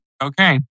okay